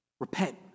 Repent